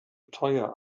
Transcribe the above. teuer